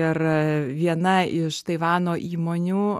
ir viena iš taivano įmonių